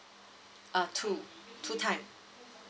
uh two two time